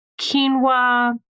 quinoa